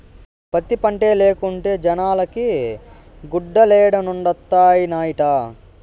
పత్తి పంటే లేకుంటే జనాలకి గుడ్డలేడనొండత్తనాయిట